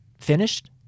finished